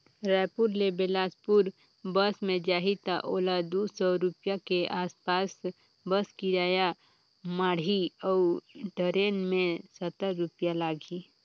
रायपुर ले बेलासपुर बस मे जाही त ओला दू सौ रूपिया के आस पास बस किराया माढ़ही अऊ टरेन मे सत्तर रूपिया लागही